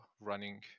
running